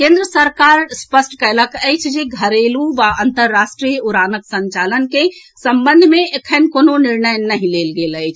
केन्द्र सरकार स्पष्ट कएलक अछि जे घरेलू या अन्तर्राष्ट्रीय उड़ानक संचालन के संबंध मे एखन कोनो निर्णय नहि लेल गेल अछि